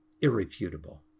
irrefutable